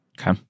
Okay